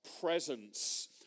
presence